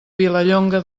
vilallonga